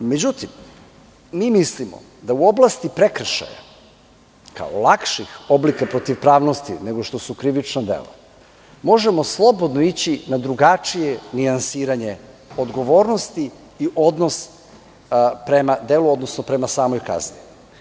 Međutim, mi mislimo da u oblasti prekršaja, kao lakših oblika protivpravnosti nego što su krivična dela, možemo slobodno ići na drugačije nijansiranje odgovornosti i odnosa prema delu, odnosno prema samoj kazni.